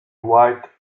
white